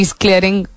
clearing